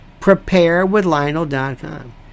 PrepareWithLionel.com